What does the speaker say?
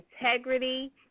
integrity